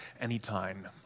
anytime